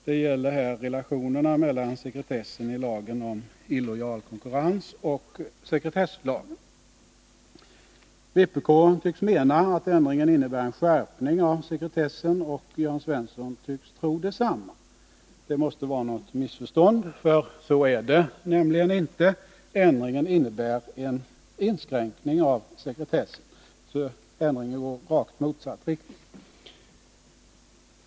Det är här fråga om relationerna mellan sekretessen i lagen om illojal konkurrens och sekretesslagen. Vpk tycks mena att ändringen innebär en skärpning av sekretessen, och Jörn Svensson tycks tro detsamma. Det måste vara något missförstånd — så är det nämligen inte. Ändringen innebär en inskränkning av sekretessen, och det är alltså en ändring i rakt motsatt riktning.